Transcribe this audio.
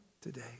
today